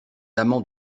amants